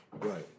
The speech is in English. Right